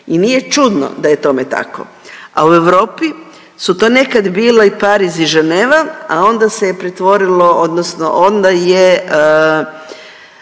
I nije čudno da je tome tako. A u Europi su to nekad bile i Pariz i Ženeva, a onda se je pretvorilo odnosno onda je